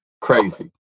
Crazy